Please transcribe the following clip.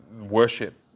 worship